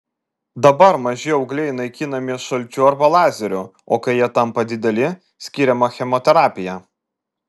dabar maži augliai naikinami šalčiu arba lazeriu o kai jie tampa dideli skiriama chemoterapija